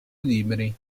libri